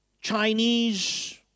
Chinese